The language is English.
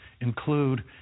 include